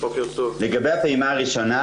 לגבי הפעימה הראשונה,